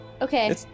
Okay